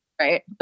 right